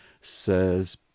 says